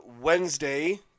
wednesday